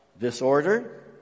Disorder